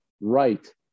right